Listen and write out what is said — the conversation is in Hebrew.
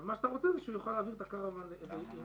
תהיה התחייבות של הממשלה שהמִנהלת הזאת לא נסגרת עד שהאחרון